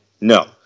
No